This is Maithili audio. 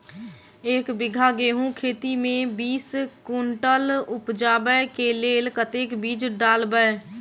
एक बीघा गेंहूँ खेती मे बीस कुनटल उपजाबै केँ लेल कतेक बीज डालबै?